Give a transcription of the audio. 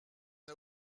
n’a